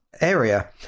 area